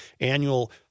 annual